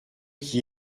qui